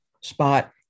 spot